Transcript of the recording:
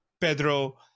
Pedro